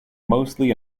mostly